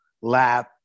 lab